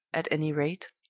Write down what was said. at any rate,